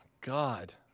God